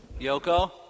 Yoko